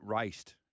raced